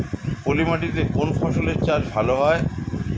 পলি মাটিতে কোন ফসলের চাষ ভালো হয়?